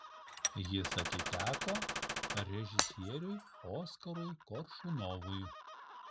jis atiteko režisieriui oskarui koršunovui